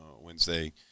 Wednesday